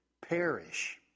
perish